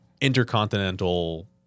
intercontinental